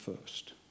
first